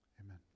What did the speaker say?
Amen